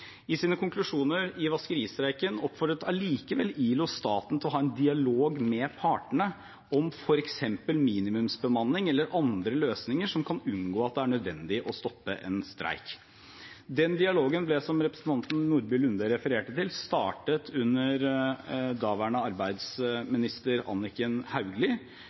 I sine konklusjoner i vaskeristreiken oppfordret likevel ILO staten til å ha en dialog med partene om f.eks. minimumsbemanning eller andre løsninger som kan hindre at det blir nødvendig å stoppe en streik. Den dialogen ble, som representanten Nordby Lunde refererte til, startet under daværende arbeidsminister Anniken Hauglie.